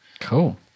cool